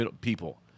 people